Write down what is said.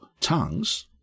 tongues